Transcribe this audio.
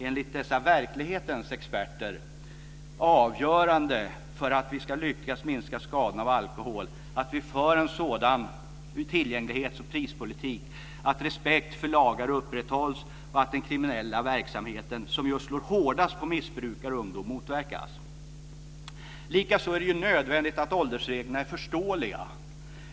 Enligt dessa verklighetens experter är det alltså avgörande för att vi ska lyckas minska skadorna av alkohol att vi för en sådan tillgänglighets och prispolitik att respekt för lagar upprätthålls och att den kriminella verksamheten, som just slår hårdast på missbrukare och ungdom, motverkas. Likaså är det nödvändigt att åldersreglerna är förståeliga.